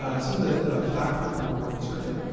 ah some of the photographers were more conservative,